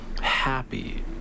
happy